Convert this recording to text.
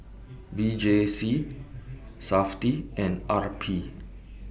V J C Safti and R P